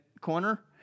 corner